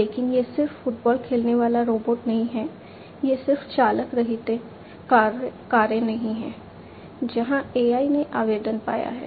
लेकिन यह सिर्फ फुटबॉल खेलने वाला रोबोट नहीं है यह सिर्फ चालक रहित कारें नहीं है जहां AI ने आवेदन पाया है